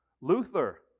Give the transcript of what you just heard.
Luther